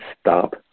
stop